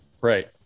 Right